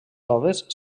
toves